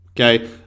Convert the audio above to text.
okay